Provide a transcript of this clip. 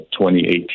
2018